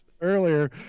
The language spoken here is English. earlier